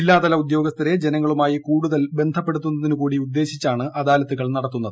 ജില്ലാതല ഉദ്യോഗസ്ഥരെ ജനങ്ങളുമായി കൂടുതൽ ബന്ധപ്പെടുത്തുന്നതു കൂടി ഉദ്ദേശിച്ചാണ് അദാലത്തുകൾ നടത്തുന്നത്